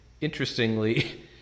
interestingly